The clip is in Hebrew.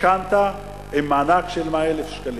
משכנתה עם מענק של 100,000 שקלים.